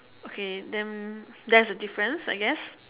okay then that's the difference I guess